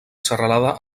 serralada